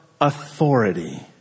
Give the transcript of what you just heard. authority